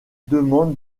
demande